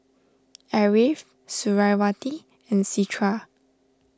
Ariff Suriawati and Citra